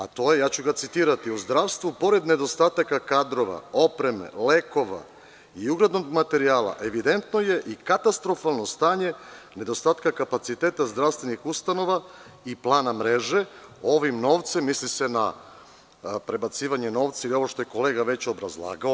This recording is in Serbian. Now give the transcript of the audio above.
A to je, ja ću ga citirati: „U zdravstvu pored nedostataka kadrova, opreme, lekova i ugradnog materijala, evidentno je i katastrofalno stanje nedostatka kapaciteta zdravstvenih ustanova i plana mreže.“ Ovim novcem, misli se na prebacivanje novca i ovoga što je kolega već obrazlagao.